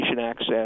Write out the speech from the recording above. access